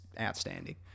outstanding